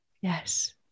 yes